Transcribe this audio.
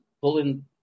pulling